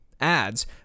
ads